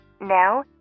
Now